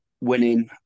winning